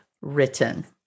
written